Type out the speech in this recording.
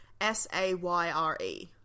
S-A-Y-R-E